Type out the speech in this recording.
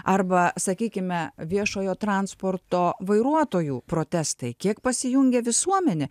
arba sakykime viešojo transporto vairuotojų protestai kiek pasijungė visuomenė